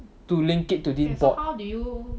to link it to this bot